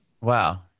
Wow